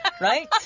Right